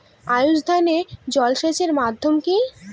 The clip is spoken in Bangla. আউশ ধান এ জলসেচের মাধ্যম কি?